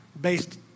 based